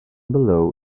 below